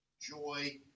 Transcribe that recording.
joy